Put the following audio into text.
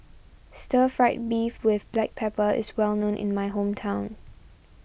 Stir Fried Beef with Black Pepper is well known in my hometown